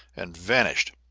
and vanished.